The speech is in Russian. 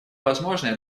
возможное